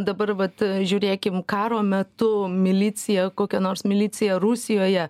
dabar vat žiūrėkim karo metu milicija kokia nors milicija rusijoje